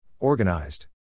Organized